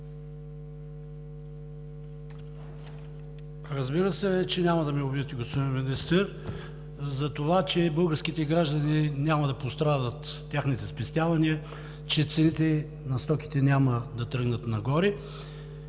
Разбира се, че няма да ме убедите, господин Министър, затова че българските граждани няма да пострадат – техните спестявания, че цените на стоките няма да тръгнат нагоре